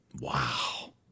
Wow